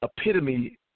epitome